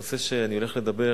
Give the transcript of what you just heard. הנושא שעליו אני הולך לדבר,